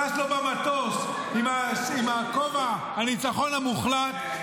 טס לו במטוס עם הכובע "הניצחון המוחלט",